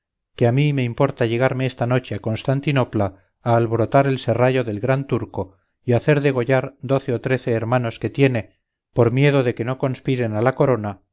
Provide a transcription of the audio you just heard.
que a mí me importa llegarme esta noche a constantinopla a alborotar el serrallo del gran turco y hacer degollar doce o trece hermanos que tiene por miedo de que no conspiren a la corona